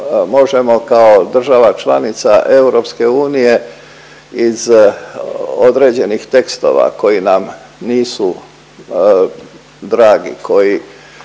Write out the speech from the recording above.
možemo kao država članica EU iz određenih tekstova koji nam nisu dragi,